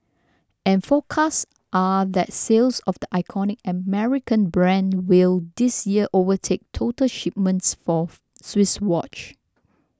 and forecasts are that sales of the iconic American brand will this year overtake total shipments of Swiss watch